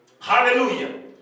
Hallelujah